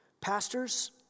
Pastors